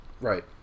Right